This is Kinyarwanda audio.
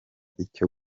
icyo